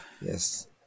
Yes